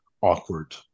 awkward